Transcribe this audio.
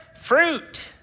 fruit